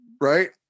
right